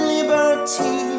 Liberty